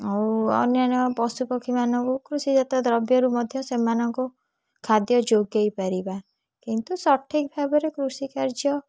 ଆଉ ଅନ୍ୟାନ୍ୟ ପଶୁ ପକ୍ଷୀମାନଙ୍କୁ କୃଷିଜାତ ଦ୍ରବ୍ୟରୁ ମଧ୍ୟ ସେମାନଙ୍କୁ ଖାଦ୍ୟ ଯୋଗେଇ ପାରିବା କିନ୍ତୁ ସଠିକ୍ ଭାବରେ କୃଷିକାର୍ଯ୍ୟ